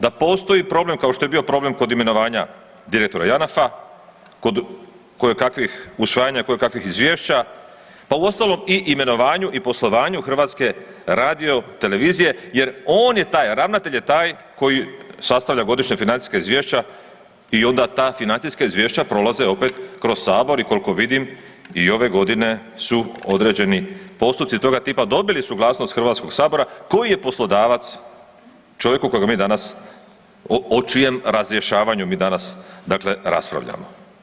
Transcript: Da postoji problem kao što je bio problem kod imenovanja direktora JANAF-a, kod koje kakvih, usvajanja koje kakvih izvješća, pa uostalom i imenovanju i poslovanju HRT-a jer on je taj, ravnatelj je taj koji sastavlja godišnje financijska izvješća i onda ta financijska izvješća prolaze opet kroz sabor i koliko vidim i ove godine su određeni postoci toga tipa dobili suglasnost Hrvatskog sabora koji je poslodavac čovjeku kojeg mi danas, o čijem razrješavanju mi dakle raspravljamo.